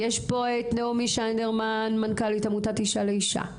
נעמי שניידרמן, מנכ"לית עמותת אישה לאישה,